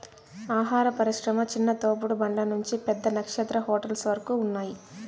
ఆహార పరిశ్రమ చిన్న తోపుడు బండ్ల నుంచి పెద్ద నక్షత్ర హోటల్స్ వరకు ఉన్నాయ్